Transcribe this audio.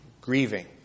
grieving